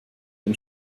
dem